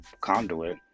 conduit